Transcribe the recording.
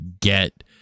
get